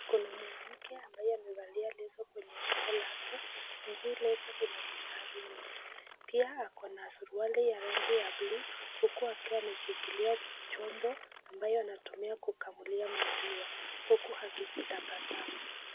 Kuna mwanamke ambaye amevalia leso kwenye shingo lake na hii leso lina mistari mingi ,pia ako na suruali ya rangi ya buluu huku akiwa ameshikilia chombo ambayo anatumia kukamulia maziwa huku akitabasamu.